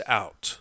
out